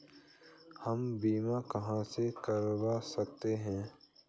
हम बीमा कहां से करवा सकते हैं?